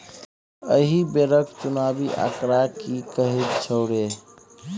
एहि बेरक चुनावी आंकड़ा की कहैत छौ रे